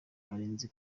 karenzi